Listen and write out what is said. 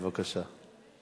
בבקשה.